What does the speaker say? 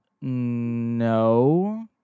no